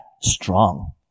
strong